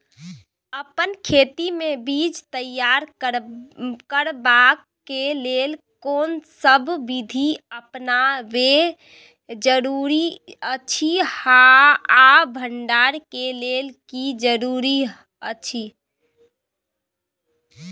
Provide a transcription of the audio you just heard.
अपन खेत मे बीज तैयार करबाक के लेल कोनसब बीधी अपनाबैक जरूरी अछि आ भंडारण के लेल की जरूरी अछि?